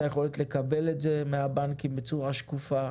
את היכולת לקבל את זה מהבנקים בצורה שקופה,